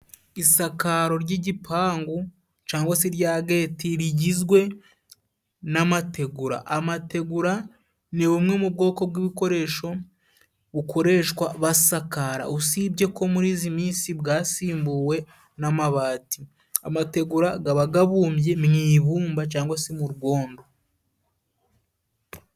Isakaro ry'igipangu cangwa se irya gati rigizwe n'amategura, amategura ni bumwe mu bwoko bw'ibikoresho bukoreshwa basakara, usibye ko muri izi minsi bwasimbuwe n'amabati. Amategura gaba gabumbye mu ibumba cangwa se murwondo.